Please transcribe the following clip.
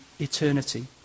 eternity